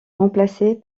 remplacée